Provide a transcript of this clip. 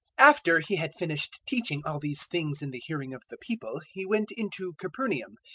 after he had finished teaching all these things in the hearing of the people, he went into capernaum.